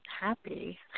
happy